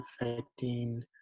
affecting